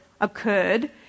occurred